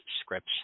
scripts